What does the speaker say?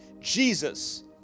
Jesus